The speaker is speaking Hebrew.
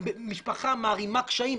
המשפחה מערימה קשיים.